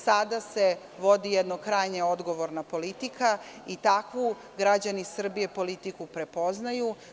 Sada sevodi jedna krajnja odgovorna politika i takvu politiku građani Srbije prepoznaju.